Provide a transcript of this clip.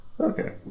Okay